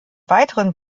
weiteren